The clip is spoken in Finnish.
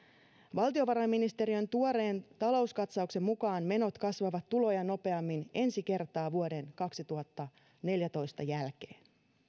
valtiovarainministeriön tuoreen talouskatsauksen mukaan menot kasvavat tuloja nopeammin ensi kertaa vuoden kaksituhattaneljätoista jälkeen